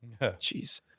Jeez